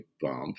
bump